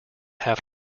have